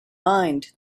mind